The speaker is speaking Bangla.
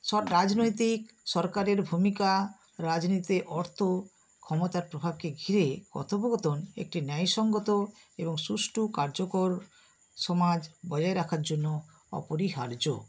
সব রাজনৈতিক সরকারের ভূমিকা রাজনীতি অর্থ ক্ষমতার প্রভাবকে ঘিরে কথোপকথন একটি ন্যায় সংগত এবং সুষ্ঠু কার্যকর সমাজ বজায় রাখার জন্য অপরিহার্য